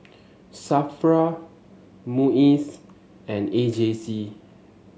Safra MUIS and A J C